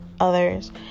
others